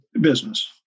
business